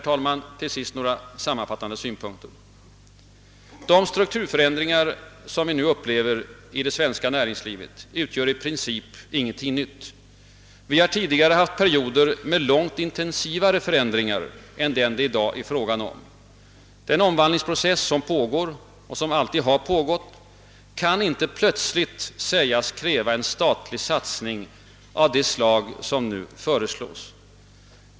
Till sist, herr talman, några sammanfattande synpunkter. De strukturförändringar som vi nu upplever i det svenska näringslivet utgör i princip ingenting nytt. Vi har tidigare haft perioder med långt intensivare förändringar än dem det i dag är fråga om. Den omvandlingsprocess som pågår och som alltid har pågått, kan inte plötsligt sägas kräva en statlig satsning av det slag som nu föreslås.